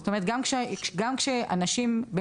זאת אומרת גם כשאנשים במצוקה,